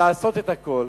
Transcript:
לעשות את הכול